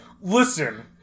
listen